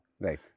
Right